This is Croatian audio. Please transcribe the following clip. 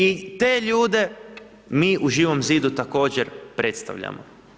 I te ljude mi u Živom zidu također predstavljamo.